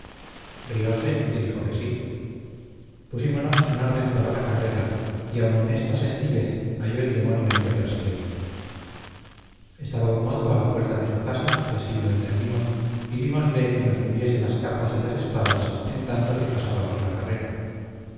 riose y dijo que sí pusímonos en orden para la carrera y aun en esta sencillez halló el demonio en qué perseguirme estaba un mozo a la puerta de su casa que así lo entendimos y dímosle que nos tuviese las capas y las espadas en tanto que pasábamos la carrera